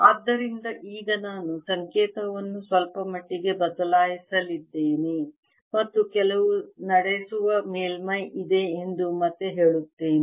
ಆದ್ದರಿಂದ ಈಗ ನಾನು ಸಂಕೇತವನ್ನು ಸ್ವಲ್ಪಮಟ್ಟಿಗೆ ಬದಲಾಯಿಸಲಿದ್ದೇನೆ ಮತ್ತು ಕೆಲವು ನಡೆಸುವ ಮೇಲ್ಮೈ ಇದೆ ಎಂದು ಮತ್ತೆ ಹೇಳುತ್ತೇನೆ